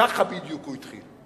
ככה בדיוק הוא התחיל.